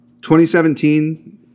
2017